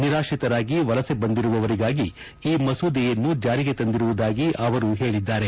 ನಿರಾತ್ರಿತರಾಗಿ ವಲಸೆ ಬಂದಿರುವವರಿಗಾಗಿ ಈ ಮಸೂದೆಯನ್ನು ಜಾರಿಗೆ ತಂದಿರುವುದಾಗಿ ಅವರು ತಿಳಿಸಿದ್ದಾರೆ